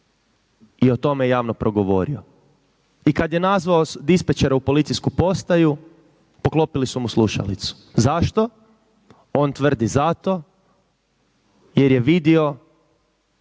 i o tome javno progovorio i kad je nazvao dispečera u policijsku postaju poklopili su mu slušalicu. Zašto? On tvrdi zato jer je vidio